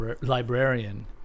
librarian